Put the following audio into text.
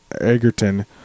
Egerton